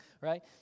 right